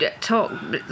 talk